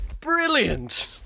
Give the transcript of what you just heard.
brilliant